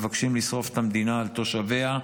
מבקשים לשרוף את המדינה על תושביה,